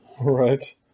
Right